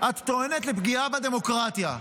את טוענת לפגיעה בדמוקרטיה.